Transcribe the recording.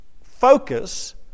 Focus